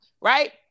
right